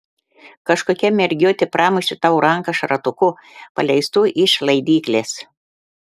kažkokia mergiotė pramušė tau ranką šratuku paleistu iš laidyklės